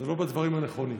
זה לא בדברים הנכונים.